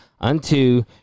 unto